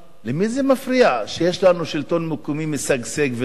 למי זה מפריע שיש לנו שלטון מקומי משגשג וטוב?